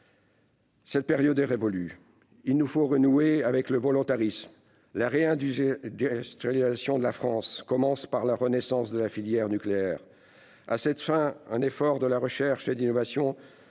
Cette période est révolue, et il nous faut renouer avec le volontarisme : la réindustrialisation de la France commence par la renaissance de la filière nucléaire. À cette fin, un effort de recherche et d'innovation